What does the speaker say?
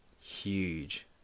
huge